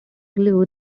glue